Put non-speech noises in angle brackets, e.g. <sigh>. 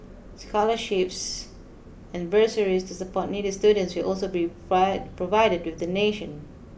scholarships and bursaries to support needy students will also be <unintelligible> provided with donation